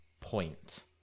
point